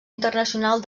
internacional